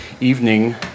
evening